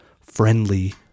friendly